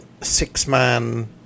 six-man